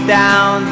down